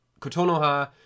Kotonoha